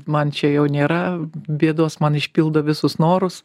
man čia jau nėra bėdos man išpildo visus norus